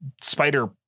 spider